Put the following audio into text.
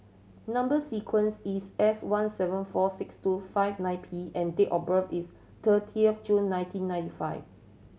number sequence is S one seven four six two five nine P and date of birth is thirty of June nineteen ninety five